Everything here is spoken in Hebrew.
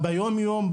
ביומיום,